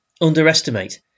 underestimate